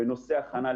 בוקר טוב.